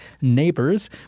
neighbors